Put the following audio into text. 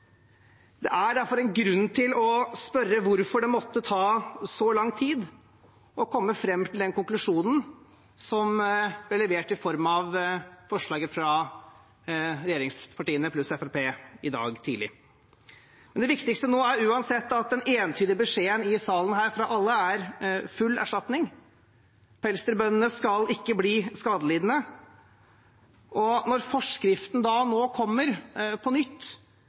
Det er derfor grunn til å spørre hvorfor det måtte ta så lang tid å komme fram til den konklusjonen som ble levert i form av forslagene fra regjeringspartiene pluss Fremskrittspartiet i dag tidlig. Det viktigste nå er uansett at den entydige beskjeden her i salen fra alle er full erstatning. Pelsdyrbøndene skal ikke bli skadelidende. Når forskriften nå kommer på nytt,